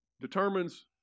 determines